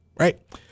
Right